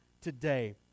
today